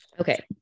Okay